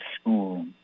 school